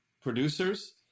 producers